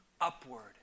upward